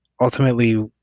ultimately